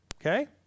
Okay